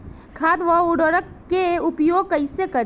खाद व उर्वरक के उपयोग कईसे करी?